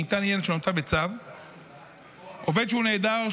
שניתן יהיה לשנותה בצו; 2. עובד שהוא נעדר,